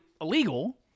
illegal